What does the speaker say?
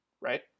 right